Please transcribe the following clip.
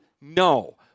No